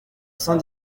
saint